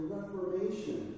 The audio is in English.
Reformation